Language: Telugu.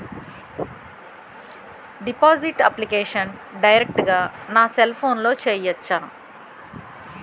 డిపాజిట్ అప్లికేషన్ డైరెక్ట్ గా నా సెల్ ఫోన్లో చెయ్యచా?